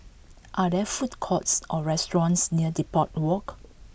are there food courts or restaurants near Depot Walk